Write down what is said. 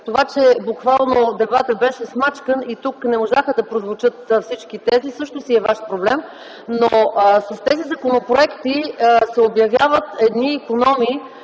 Това, че буквално дебатът беше смачкан и тук не можаха да прозвучат всички тези, също си е ваш проблем. Но с тези законопроекти се обявяват едни икономии,